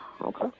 okay